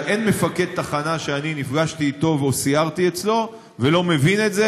אין מפקד תחנה שאני נפגשתי אתו או סיירתי אצלו ולא מבין את זה,